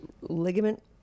ligament